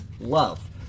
love